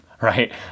right